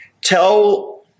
tell